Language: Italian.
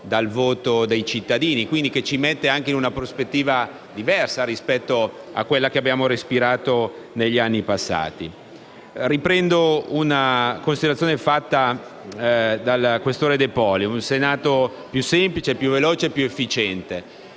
dal voto dei cittadini, quindi ci mette in una prospettiva diversa rispetto a quella che abbiamo respirato negli anni passati. Riprendo una considerazione fatto dal senatore Questore De Poli. Un Senato più semplice, più veloce, più efficiente: